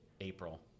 april